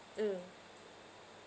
mm